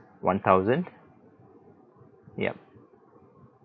one thousand ya